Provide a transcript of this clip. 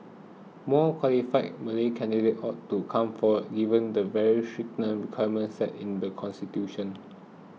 more qualified Malay candidates ought to come forward given the very stringent set in the constitution